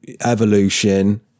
evolution